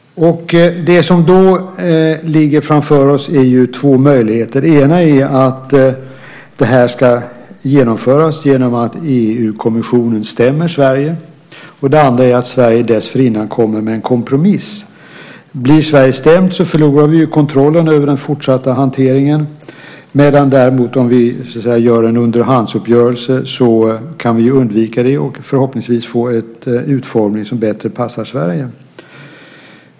Det som då ligger framför oss är två möjligheter. Den ena är att det här ska genomföras genom att EU-kommissionen stämmer Sverige, och det andra är att Sverige dessförinnan kommer med en kompromiss. Blir Sverige stämt förlorar vi ju kontrollen över den fortsatta hanteringen, medan vi däremot om vi gör en underhandsuppgörelse kan undvika det och förhoppningsvis få en utformning som bättre passar Sverige.